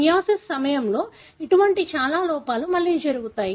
meiosis సమయంలో ఇటువంటి చాలా లోపాలు మళ్ళీ జరుగుతాయి